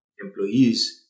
employees